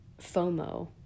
FOMO